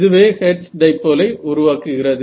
இதுவே hertz dipole உருவாக்குகிறது